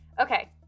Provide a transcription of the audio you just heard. okay